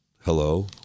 Hello